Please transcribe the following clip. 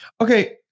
Okay